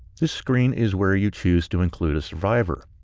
this screen is where you choose to include a survivor.